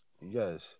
Yes